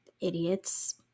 Idiots